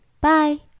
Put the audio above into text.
Bye